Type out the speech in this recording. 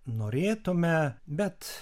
norėtume bet